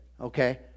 okay